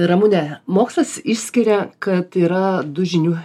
ramune mokslas išskiria kad yra du žinių